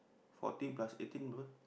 fourteen plus eighteen bro